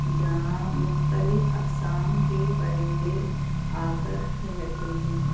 جہاں مختلف اقسام کے پرندے آ کر ٹھہرتے ہیں